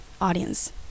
audience